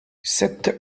sept